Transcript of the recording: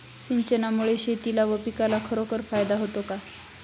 सिंचनामुळे शेतीला व पिकाला खरोखर फायदा होतो का?